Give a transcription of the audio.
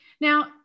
Now